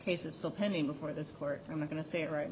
case is still pending before this court i'm going to say it right